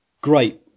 great